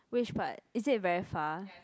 which part is it very far